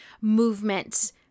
movement